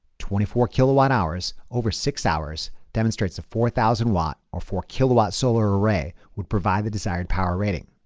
twenty four kilowatt hours, over six hours demonstrates a four thousand watt or four-kilowatt solar array would provide the desired power rating.